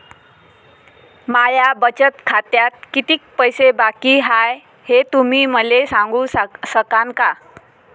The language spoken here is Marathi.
माया बचत खात्यात कितीक पैसे बाकी हाय, हे तुम्ही मले सांगू सकानं का?